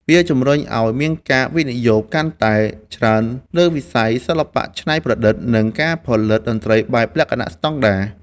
វាជម្រុញឱ្យមានការវិនិយោគកាន់តែច្រើនលើវិស័យសិល្បៈច្នៃប្រឌិត និងការផលិតតន្ត្រីបែបលក្ខណៈស្តង់ដារ។